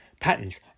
patterns